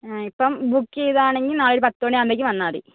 ഇപ്പോൾ ബുക്ക് ചെയ്തതാണെങ്കിൽ നാളെ ഒരു പത്ത് മണി ആവുമ്പോഴത്തേക്കും വന്നാൽ മതി